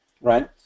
Right